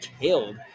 killed